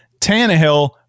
Tannehill